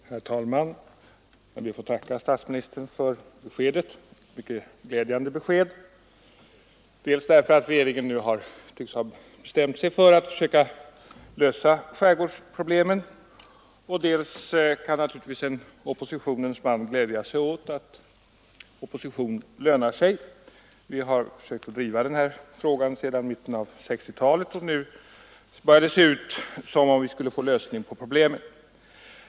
Herr talman! Jag ber att få tacka statsministern för detta besked, som är mycket glädjande dels därför att regeringen nu tycks ha bestämt sig för att söka lösa skärgårdsproblemen, dels därför att detta visar att opposition lönar sig. Vi har försökt att driva denna fråga sedan mitten av 1960-talet. Nu börjar det se ut som om vi skulle få en lösning på problemen.